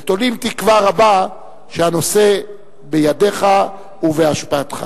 ותולים תקווה רבה שהנושא בידיך ובהשפעתך.